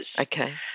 Okay